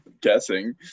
guessing